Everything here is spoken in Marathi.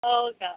हो का